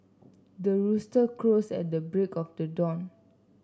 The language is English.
the rooster crows at the break of the dawn